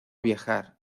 viajar